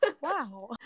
wow